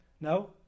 No